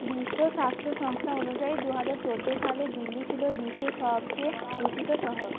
বিশ্ব স্বাস্থ্য সংস্থা অনুযায়ী দু হাজার চোদ্দ সালে দিল্লি ছিল বিশ্বের সবচেয়ে দূষিত শহর